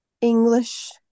English